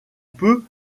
peut